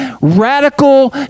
radical